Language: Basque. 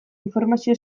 informazio